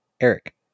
Eric